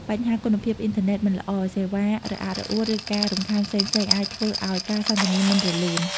បញ្ហាគុណភាពអ៊ីនធឺណិតមិនល្អ សេវារអាក់រអួល ឬការរំខានផ្សេងៗ អាចធ្វើឱ្យការសន្ទនាមិនរលូន។